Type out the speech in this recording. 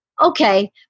okay